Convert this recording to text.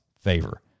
favor